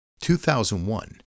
2001